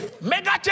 mega